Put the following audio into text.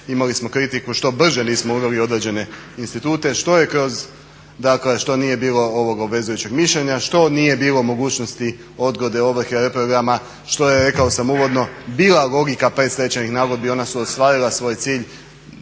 imali smo kritiku što brže nismo uveli određene institute, dakle što nije bilo ovog obvezujućeg mišljenja, što nije bilo mogućnosti odgode ovrhe, reprograma, što je rekao sam uvodno bila logika predstečajnih nagodbi, ona su ostvarila svoj cilj.